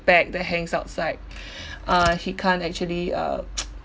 bag that hangs outside uh she can't actually uh